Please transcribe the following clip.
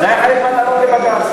זה היה חלק מהטענות על הגז.